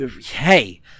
hey